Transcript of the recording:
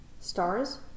Stars